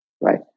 right